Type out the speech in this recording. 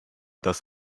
das